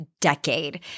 decade